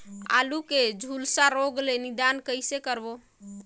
आलू के झुलसा रोग ले निदान कइसे करबो?